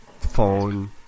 Phone